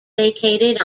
vacated